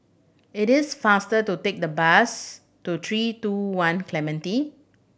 it is faster to take the bus to Three Two One Clementi